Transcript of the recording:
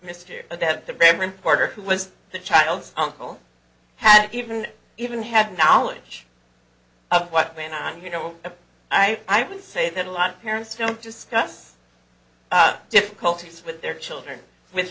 reporter who was the child's uncle had even even had knowledge of what went on you know i would say that a lot of parents don't discuss difficulties with their children with